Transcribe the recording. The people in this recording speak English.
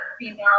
female